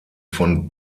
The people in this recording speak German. von